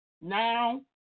now